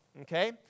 Okay